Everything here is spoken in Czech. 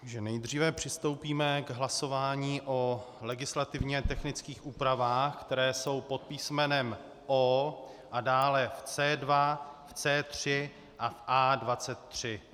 Takže nejdříve přistoupíme k hlasování o legislativně technických úpravách, které jsou pod písmenem O a dále v C2, C3 a A23.